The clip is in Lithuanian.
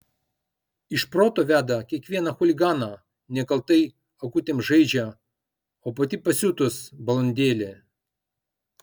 iš proto veda kiekvieną chuliganą nekaltai akutėm žaidžia o pati pasiutus balandėlė